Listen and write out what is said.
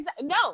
No